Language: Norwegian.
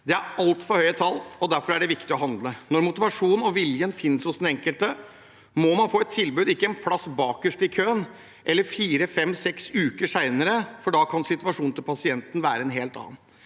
Det er et altfor høyt tall, og derfor er det viktig å handle. Når motivasjonen og viljen finnes hos den enkelte, må man få et tilbud, ikke en plass bakerst i køen eller 4–6 uker senere, for da kan situasjonen til pasienten være en helt annen.